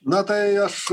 na tai aš